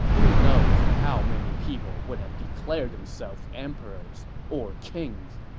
who knows how many people would have declared themselves emperors or kings